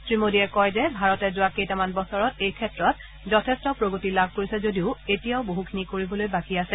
শ্ৰী মোদীয়ে কয় যে ভাৰতে যোৱা কেইটামান বছৰত এই ক্ষেত্ৰত যথেষ্ট প্ৰগতি লাভ কৰিছে যদিও এতিয়াও বহুখিনি কৰিবলৈ বাকী আছে